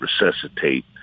resuscitate